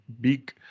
big